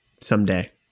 Someday